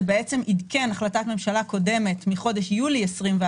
זה בעצם עדכן החלטת ממשלה קודמת מחודש יולי 2021,